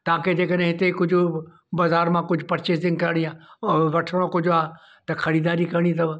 तव्हांखे जे करे हिते कुझु बाज़ारि मां परचेसिंग करिणी आहे वठिणो कुझु आहे त ख़रीददारी करिणी अथव